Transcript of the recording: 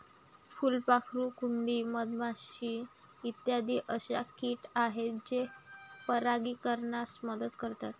फुलपाखरू, कुंडी, मधमाशी इत्यादी अशा किट आहेत जे परागीकरणास मदत करतात